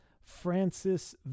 Francis